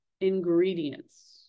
ingredients